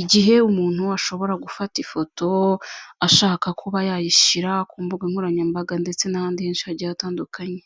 igihe umuntu ashobora gufata ifoto ashaka kuba yayishyira ku mbuga nkoranyambaga, ndetse n'ahandi henshi hagiye hatandukanye.